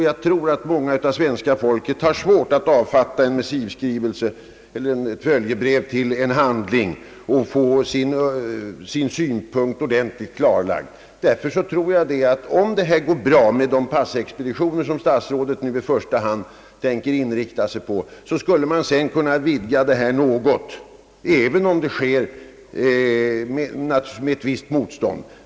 Jag tror nämligen att det för många är svårt att avfatta en missivskrivelse eller ett följebrev till en handling för att få sin synpunkt ordentligt klarlagd. Om det går bra med passexpeditionerna som statsrådet i första hand tänker inrikta sig på, kunde man sedan vidga detta något, även om det sker med ett visst motstånd.